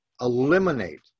eliminate